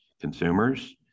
consumers